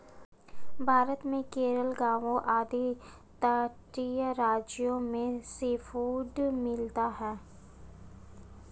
भारत में केरल गोवा आदि तटीय राज्यों में सीफूड मिलता है